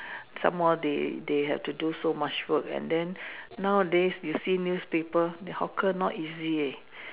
some more they they have to do so much work and then nowadays you see newspaper hawker not easy eh